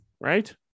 right